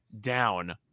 down